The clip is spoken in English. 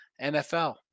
NFL